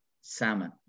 salmon